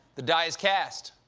the die is cast.